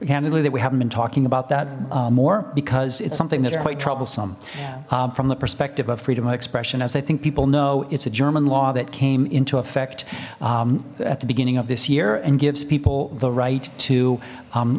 candidly that we haven't been talking about that more because it's something that's quite troublesome from the perspective of freedom of expression as i think people know it's a german law that came into effect at the beginning of this year and gives people the right to